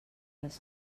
les